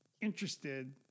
interested